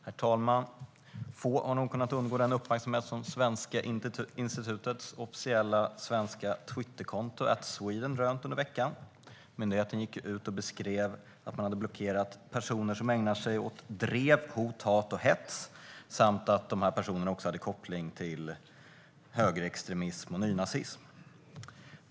Herr talman! Få har nog kunnat undgå den uppmärksamhet som Svenska institutets officiella svenska Twitterkonto @sweden rönt under veckan. Myndigheten gick ut och beskrev att man hade blockerat personer som ägnar sig åt drev, hot, hat och hets samt att dessa personer hade koppling till högerextremism och nynazism.